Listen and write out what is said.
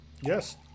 Yes